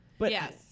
Yes